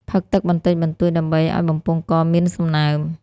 ផឹកទឹកបន្តិចបន្តួចដើម្បីឱ្យបំពង់កមានសំណើម។